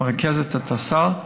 מרכזת את הסל,